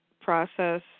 process